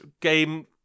game